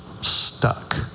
stuck